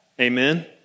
Amen